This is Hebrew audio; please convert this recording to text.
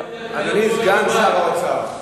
אדוני סגן שר האוצר,